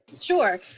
Sure